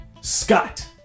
Scott